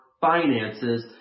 finances